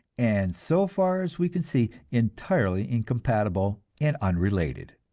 and so far as we can see, entirely incompatible and unrelated.